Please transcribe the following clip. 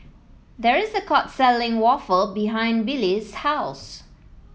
there is a court selling waffle behind Billye's house